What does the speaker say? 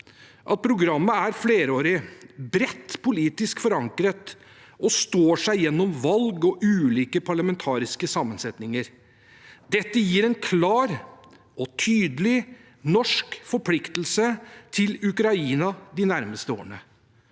at programmet er flerårig, bredt politisk forankret og står seg gjennom valg og ulike parlamentariske sammensetninger. Dette gir en klar og tydelig norsk forpliktelse til Ukraina de nærmeste årene.